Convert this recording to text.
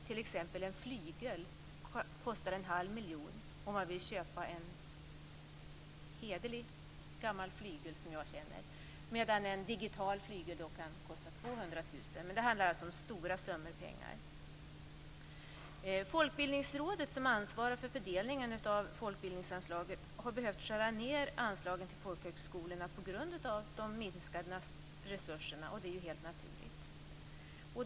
En flygel kostar t.ex. en halv miljon om man vill köpa en hederlig gammal flygel, medan en digital flygel kan kosta 200 000 kr. Men det handlar alltså om stora summor pengar. Folkbildningsrådet, som ansvarar för fördelningen av folkbildningsanslaget, har behövt skära ned anslagen till folkhögskolorna på grund av de minskade resurserna. Det är ju helt naturligt.